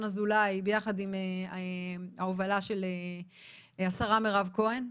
אזולאי ביחד עם ההובלה של השרה מירב כהן,